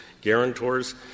guarantors